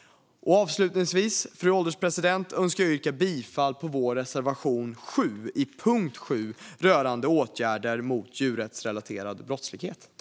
Avslutningsvis, fru ålderspresident, önskar jag yrka bifall till vår reservation 7 under punkt 7 rörande åtgärder mot djurrättsrelaterad brottslighet.